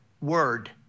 word